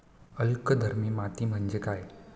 अल्कधर्मी माती म्हणजे काय?